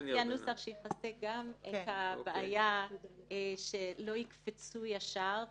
אני מבקשת להציע נוסח שיכסה גם את הבעיה שלא יקפצו ישר,